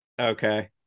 okay